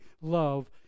love